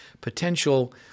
potential